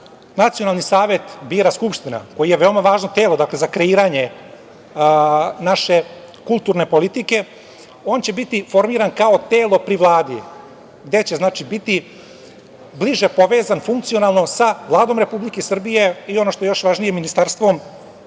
Nacionalni savet bira Skupština, koji je veoma važno telo za kreiranje naše kulturne politike, on će biti formiran kao telo pri Vladi gde će biti bliže povezan funkcionalno sa Vladom Republike Srbije i ono što je još važnije Ministarstvom